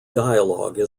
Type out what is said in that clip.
dialogue